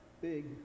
big